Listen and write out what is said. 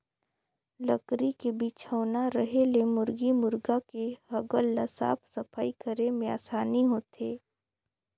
लकरी के बिछौना रहें ले मुरगी मुरगा के हगल ल साफ सफई करे में आसानी होथे